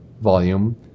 volume